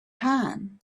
time